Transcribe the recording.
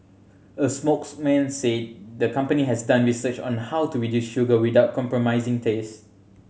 a spokesman said the company has done research on how to reduce sugar without compromising taste